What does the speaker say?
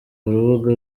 rubuga